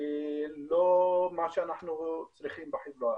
לא מה שאנחנו צריכים בחברה.